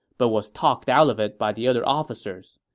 but was talked out of it by the other officers.